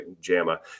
JAMA